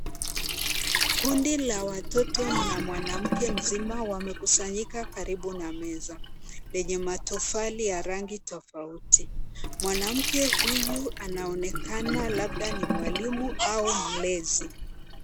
Kundi la watoto na mwanamke mzima wamekusanyika karibu na meza lenye matofali ya rangi tofauti. Mwanamke huyu anaonekana labda ni mwalimu au mlezi.